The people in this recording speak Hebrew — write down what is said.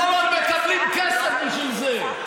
כל עוד מקבלים כסף בשביל זה,